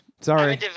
Sorry